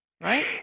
right